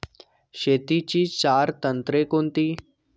शेतीची चार तंत्रे कोणती?